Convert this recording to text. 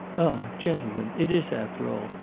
gentlemen, it is, after all,